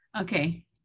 Okay